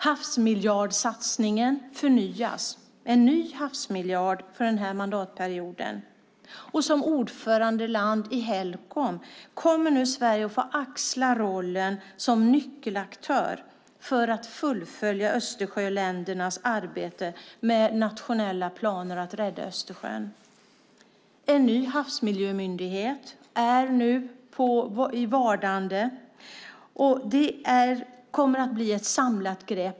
Havsmiljösatsningen förnyas med en ny miljard för denna mandatperiod. Som ordförande i Helcom kommer Sverige att få axla rollen som nyckelaktör för att fullfölja Östersjöländernas arbete med nationella planer för att rädda Östersjön. En ny havsmiljömyndighet är i vardande för ett samlat grepp.